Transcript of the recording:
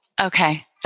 Okay